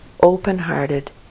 open-hearted